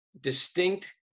distinct